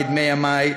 בדמי ימי,